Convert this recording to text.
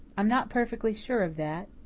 i'm not perfectly sure of that,